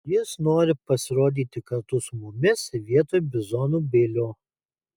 jis nori pasirodyti kartu su mumis vietoj bizonų bilio